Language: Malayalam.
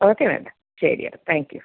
ഓക്കെ മാഡം ശരിയെന്നാൽ താങ്ക് യൂ